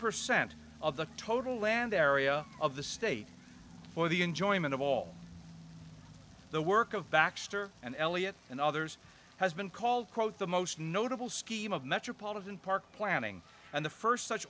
percent of the total land area of the state for the enjoyment of all the work of baxter and elliott and others has been called quote the most notable scheme of metropolitan park planning and the st such